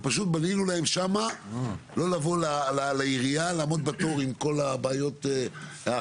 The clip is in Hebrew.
ופשוט בנינו להם שם לא לבוא לעירייה ולעמוד בתור עם כל הבעיות האחרות,